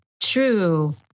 true